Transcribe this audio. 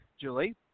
Julie